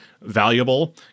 valuable